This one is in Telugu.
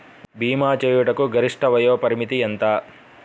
భీమా చేయుటకు గరిష్ట వయోపరిమితి ఎంత?